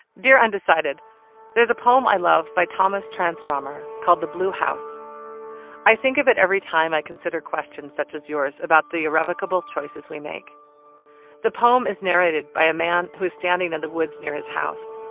dear undecided there's a poem i love by thomas transformer called the blue house i think of it every time i consider questions such as yours about the irrevocable choices we make the poem is narrated by a man who is standing in the woods near his house